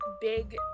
big